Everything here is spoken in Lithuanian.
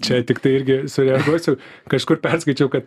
čia tiktai irgi sureaguosiu kažkur perskaičiau kad